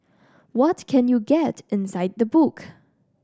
what can you get inside the book